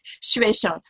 situation